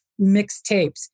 mixtapes